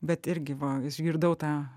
bet irgi va išgirdau tą